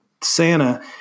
Santa